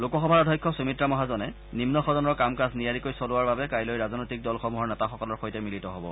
লোকসভা অধ্যক্ষ সূমিত্ৰা মহাজনে নিন্ন সদনৰ কাম কাজ নিয়াৰিকৈ চলোৱাৰ বাবে কাইলৈ ৰাজনৈতিক দলসমূহৰ নেতাসকলৰ সৈতে মিলিত হ'ব